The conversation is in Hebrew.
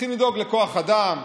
צריכים לדאוג לכוח אדם,